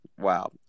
Wow